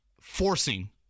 forcing